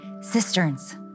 cisterns